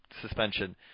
suspension